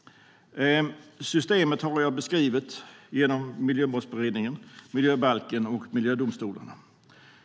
Systemet har jag beskrivit genom Miljömålsberedningen, miljöbalken och miljödomstolarna.